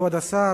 כבוד השר,